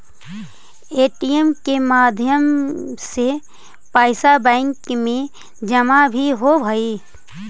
ATM के माध्यम से पैइसा बैंक में जमा भी होवऽ हइ